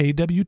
AWT